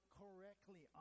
correctly